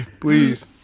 Please